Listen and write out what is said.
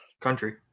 country